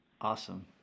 Awesome